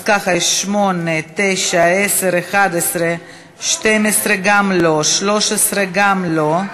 אז יש 8, 9, 10, 11, 12 גם לא, 13 גם לא.